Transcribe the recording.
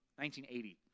1980